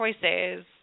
choices